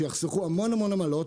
שיחסכו המון עמלות.